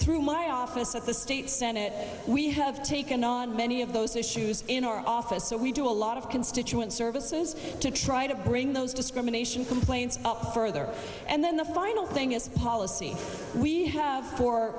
through my office at the state senate we have taken on many of those issues in our office so we do a lot of constituent services to try to bring those discrimination complaints up further and then the final thing is policy we have for